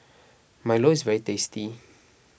Milo is very tasty